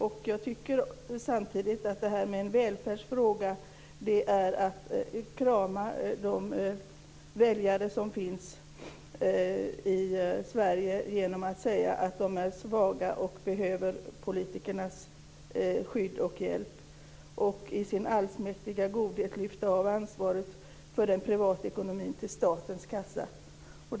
När det sägs att detta är en välfärdsfråga innebär det att man kramar de väljare som finns i Sverige genom att säga att de är svaga och behöver politikernas skydd och hjälp och i sin allsmäktiga godhet lyfter bort ansvaret för privatekonomin till statens kassa.